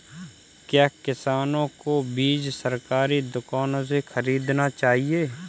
क्या किसानों को बीज सरकारी दुकानों से खरीदना चाहिए?